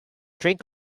drink